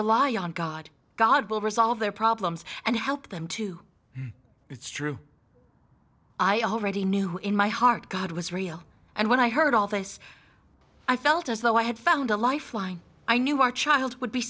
rely on god god will resolve their problems and help them to it's true i already knew in my heart god was real and when i heard all this i felt as though i had found a lifeline i knew our child would be